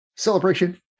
celebration